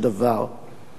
זו החלטת היועץ.